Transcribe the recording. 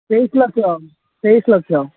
ତେଇଶି ଲକ୍ଷ ତେଇଶି ଲକ୍ଷ